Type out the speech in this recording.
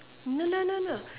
no no no no